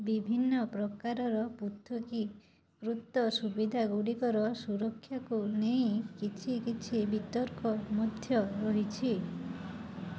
ବିଭିନ୍ନ ପ୍ରକାରର ପୃଥକୀକୃତ ସୁବିଧାଗୁଡ଼ିକର ସୁରକ୍ଷାକୁ ନେଇ କିଛି କିଛି ବିତର୍କ ମଧ୍ୟ ରହିଛି